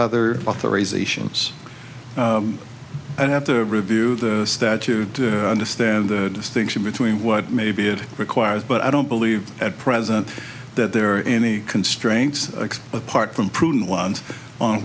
and have to review the statute to understand the distinction between what maybe it requires but i don't believe at present that there are any constraints apart from prudent on